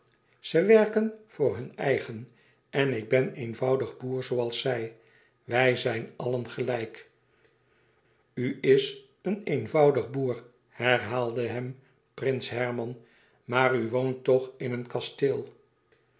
ze werken voor hun eigen en ik ben eenvoudig boer zooals zij we zijn allen gelijk u is eenvoudig boer herhaalde hem prins herman maar u woont toch in een kasteel